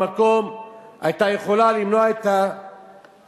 במקום היתה יכולה למנוע טביעות